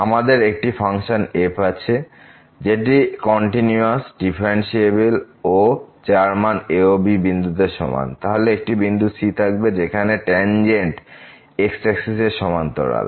আমাদের একটি function f আছে যেটি কন্টিনিউয়াস ডিফারেন্সিএবেল ও যার মান a ও b বিন্দুতে সমান তাহলে একটি বিন্দু c থাকবে যেখানে ট্যানজেন্ট x axis এর সাথে সমান্তরাল